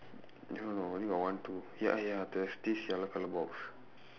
no no only got one two ya ya there's this yellow colour box